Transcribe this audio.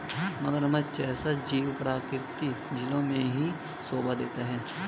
मगरमच्छ जैसा जीव प्राकृतिक झीलों में ही शोभा देता है